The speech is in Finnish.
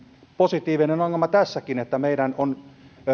positiivinen ongelma tässäkin että